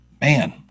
Man